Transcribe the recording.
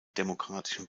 demokratischen